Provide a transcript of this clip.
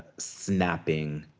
snapping